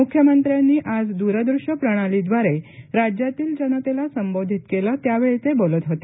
मुख्यमंत्र्यांनी आज दूस्दृष्य प्रणालीद्वारे राज्यातील जनतेला संबोधित केले त्यावेळी ते बोलत होते